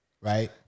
right